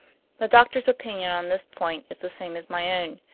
the doctor's opinion on this point is the same as my own.